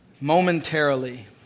momentarily